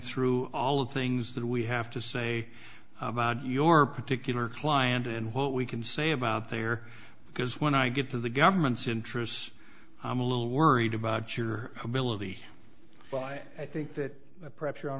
through all of the things that we have to say about your particular client and what we can say about there because when i get to the government's interests i'm a little worried about your ability by i think that pressure on